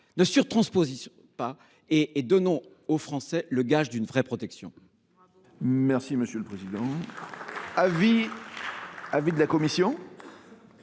ne surtransposons pas et donnons aux Français le gage d’une véritable protection